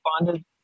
Responded